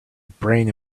brain